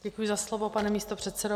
Děkuji za slovo, pane místopředsedo.